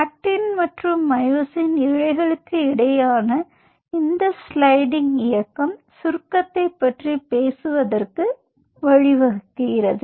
actin மற்றும் myosin இழைகளுக்கு இடையிலான இந்த ஸ்லைடிங் இயக்கம் சுருக்கத்தைப் பற்றி பேசுவதற்கு வழிவகுக்கிறது